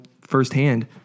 firsthand